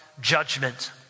judgment